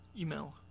Email